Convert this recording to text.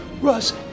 Russ